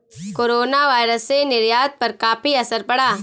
coronavirus से निर्यात पर काफी असर पड़ा